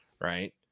Right